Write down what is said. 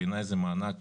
בעיניי זה מענק